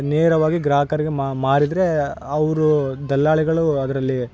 ನೇರವಾಗಿ ಗ್ರಾಹಕರಿಗೆ ಮಾರಿದರೆ ಅವರು ದಲ್ಲಾಳಿಗಳು ಅದರಲ್ಲಿ